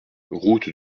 route